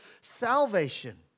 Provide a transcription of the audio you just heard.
salvation